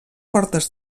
portes